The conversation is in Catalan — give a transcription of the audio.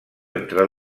entre